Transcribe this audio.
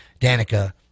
Danica